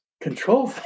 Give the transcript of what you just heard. control